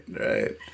right